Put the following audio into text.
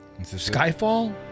Skyfall